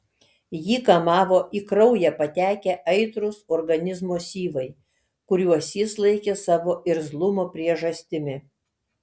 jį kamavo į kraują patekę aitrūs organizmo syvai kuriuos jis laikė savo irzlumo priežastimi